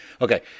Okay